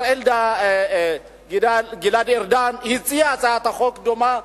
השר גלעד ארדן הציע הצעת חוק דומה,